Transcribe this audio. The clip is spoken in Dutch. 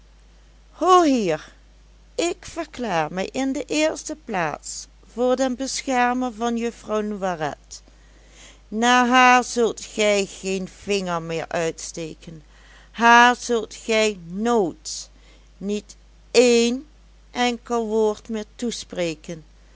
hoor hier ik verklaar mij in de eerste plaats voor den beschermer van juffrouw noiret naar haar zult gij geen vinger meer uitsteken haar zult gij nooit niet één enkel woord meer toespreken